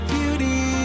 Beauty